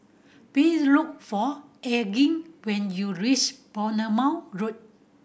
look for Elgin when you reach Bournemouth Road